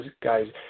guys